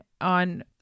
on